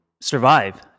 survive